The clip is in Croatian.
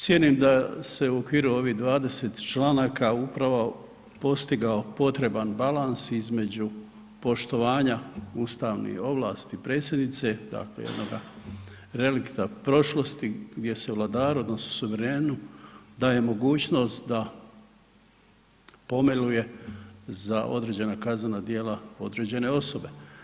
Cijenim da se u okviru ovih 20 članaka upravo postigao potreban balans između poštovanja ustavnih ovlasti predsjednice dakle jednoga relikta prošlosti gdje se vladaru odnosno … daje mogućnost da pomiluje za određena kaznena djela određene osobe.